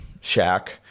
shack